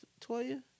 Toya